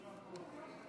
נתקבלה.